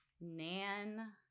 Nan